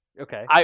Okay